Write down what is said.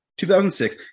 2006